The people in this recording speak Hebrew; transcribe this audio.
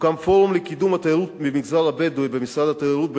הוקם פורום לקידום התיירות במגזר הבדואי במשרד התיירות,